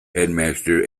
headmaster